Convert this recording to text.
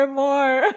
more